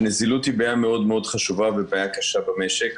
שנזילות היא בעיה מאוד מאוד חשובה וקשה במשק,